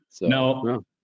No